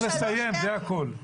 אז אני מבקש ממך לסיים זה הכול.